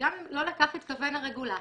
גם אם לא לכך התכוון הרגולטור,